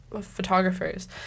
photographers